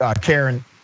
Karen